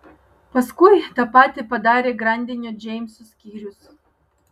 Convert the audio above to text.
paskui tą patį padarė grandinio džeimso skyrius